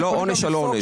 זה לא עונש על עונש.